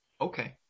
Okay